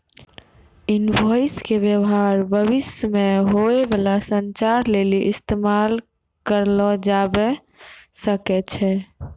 invoice के व्य्वहार भविष्य मे होय बाला संचार लेली इस्तेमाल करलो जाबै सकै छै